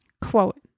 Quote